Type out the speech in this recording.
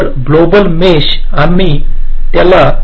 तर global mesh आम्ही त्याला जीसीएलके म्हणतो